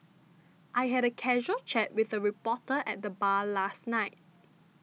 I had a casual chat with a reporter at the bar last night